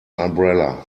umbrella